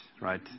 right